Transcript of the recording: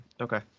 Okay